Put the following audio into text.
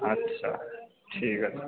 আচ্ছা ঠিক আছে